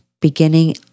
beginning